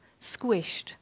squished